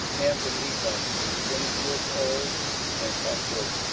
and the levites from twenty years old and upward,